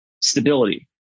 stability